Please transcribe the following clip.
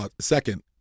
second